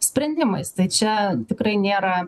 sprendimais tai čia tikrai nėra